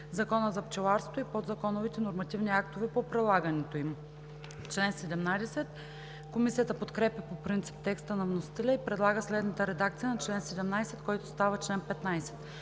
Закона за пчеларството и подзаконовите нормативни актове по прилагането им.“ Комисията подкрепя по принцип текста на вносителя и предлага следната редакция на чл. 17, който става чл. 15: